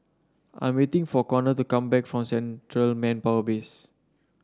I'm waiting for Conor to come back from Central Manpower Base